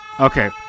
Okay